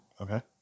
Okay